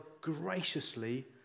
graciously